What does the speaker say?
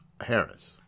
Harris